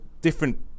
different